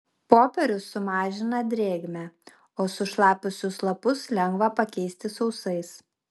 popierius sumažina drėgmę o sušlapusius lapus lengva pakeisti sausais